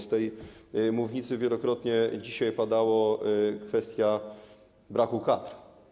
Z tej mównicy wielokrotnie dzisiaj padała kwestia braku kadr.